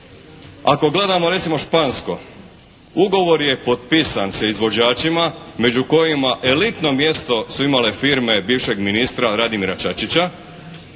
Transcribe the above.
Ako gledamo recimo Špansko ugovor je potpisan sa izvođačima među kojima elitno mjesto su imale firme bivšeg ministra Radimira Čačića